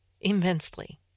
Immensely